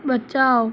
बचाओ